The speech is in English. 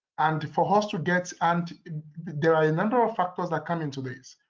and for us to get and there are a number of factors that come into this.